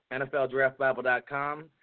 nfldraftbible.com